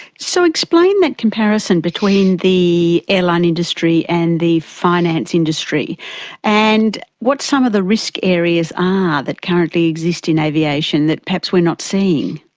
so explain that comparison between the airline industry and the finance industry and what some of the risk areas are that currently exist in aviation that perhaps we are not seeing.